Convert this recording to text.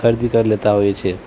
ખરીદી કરી લેતા હોઈએ છીએ